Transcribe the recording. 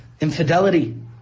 infidelity